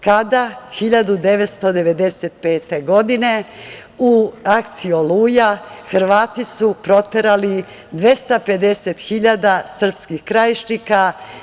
Kada, 1995. godine u akciji „Oluja“ Hrvati su proterali 250.000 srpskih krajišnika.